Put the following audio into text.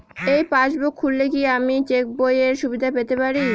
এই পাসবুক খুললে কি আমি চেকবইয়ের সুবিধা পেতে পারি?